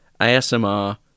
ASMR